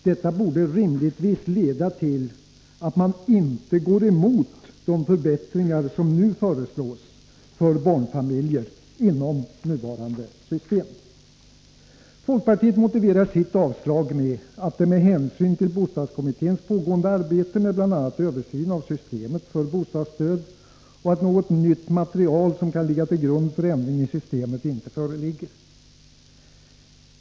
Detta borde rimligtvis leda till att man inte går emot de förbättringar som nu föreslås för barnfamiljer inom nuvarande system. Folkpartiet motiverar sitt avslag med hänvisning till bostadskommitténs pågående arbete med bl.a. översyn av systemet för bostadsstöd och med hänvisning till att något nytt material som kan ligga till grund för ändringen i systemet inte föreligger.